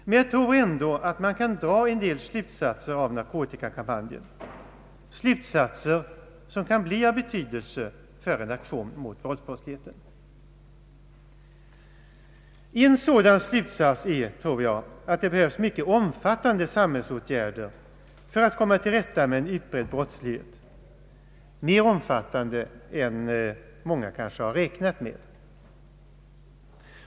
Men jag tror ändå att man av narkotikakampanjen kan dra en del slutsatser, som kan bli av betydelse för en aktion mot våldsbrottsligheten. En sådan slutsats är, tror jag, att det behövs mycket omfattande samhällsåtgärder för att komma till rätta med en utbredd brottslighet, mer omfattande än många kanske räknat med.